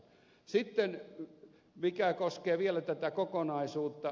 sitten mikä koskee vielä tätä kokonaisuutta